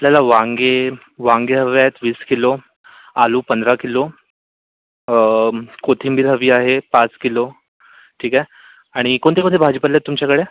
आपल्याला वांगे वांगे हवे आहेत वीस किलो आलू पंधरा किलो कोथिंबीर हवी आहे पाच किलो ठीक आहे आणि कोणते कोणते भाजीपाले आहेत तुमच्याकडे